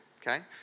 Okay